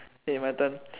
eh my turn